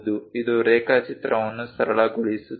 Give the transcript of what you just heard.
ಇದು ರೇಖಾಚಿತ್ರವನ್ನು ಸರಳಗೊಳಿಸುತ್ತದೆ